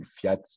fiat